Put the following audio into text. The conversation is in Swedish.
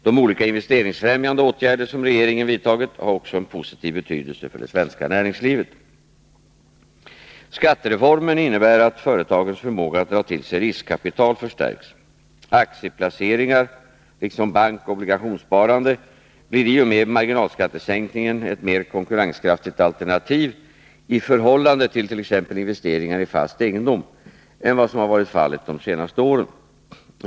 De olika investeringsfrämjande åtgärder som regeringen vidtagit har också en positiv betydelse för det svenska näringslivet. Skattereformen innebär att företagens förmåga att dra till sig riskvilligt kapital förstärks. Aktieplaceringar liksom bankoch obligationssparande blir i och med marginalskattesänkningen ett mer konkurrenskraftigt alternativ i förhållande tillt.ex. investeringar i fast egendom än vad som varit fallet de senaste åren.